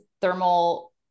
thermal